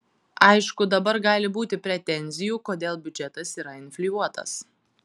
aišku dabar gali būti pretenzijų kodėl biudžetas yra infliuotas